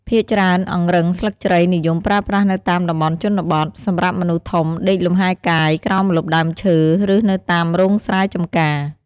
ភាគច្រើនអង្រឹងស្លឹកជ្រៃនិយមប្រើប្រាស់នៅតាមតំបន់ជនបទ សម្រាប់មនុស្សធំដេកលំហែកាយក្រោមម្លប់ដើមឈើ ឬនៅតាមរោងស្រែចំការ។